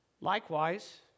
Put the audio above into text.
Likewise